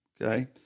Okay